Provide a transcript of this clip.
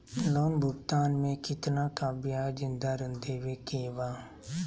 Loan भुगतान में कितना का ब्याज दर देवें के बा?